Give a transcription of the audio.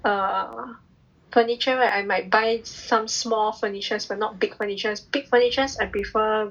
err furniture right I might buy some small furnitures but not big furnitures big furnitures I prefer